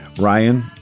Ryan